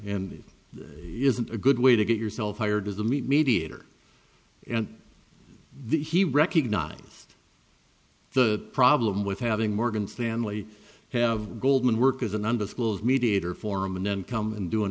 it isn't a good way to get yourself hired as the mediator and the he recognized the problem with having morgan stanley have goldman work as an undisclosed mediator forum and then come and do an